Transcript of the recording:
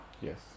Yes